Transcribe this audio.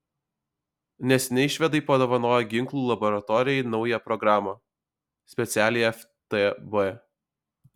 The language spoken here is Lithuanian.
neseniai švedai padovanojo ginklų laboratorijai naują programą specialiai ftb